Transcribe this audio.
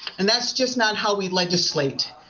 and that's just not how we legislate.